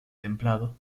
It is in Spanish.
templado